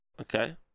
Okay